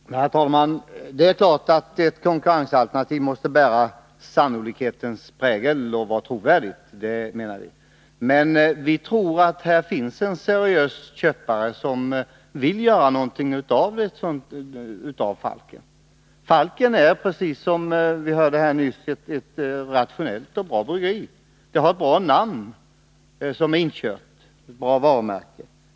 Herr talman! Det är klart att ett konkurrensalternativ måste bära sannolikhetens prägel och vara trovärdigt — det menar vi också. Vi tror emellertid att det finns en seriös köpare, som vill göra något av Falken. Falken är, precis som det sades här nyss, ett rationellt och bra bryggeri. Det har ett bra namn och ett bra varumärke, som är inkörda på marknaden.